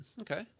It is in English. Okay